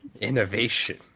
Innovation